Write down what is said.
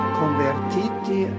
convertiti